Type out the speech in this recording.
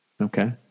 Okay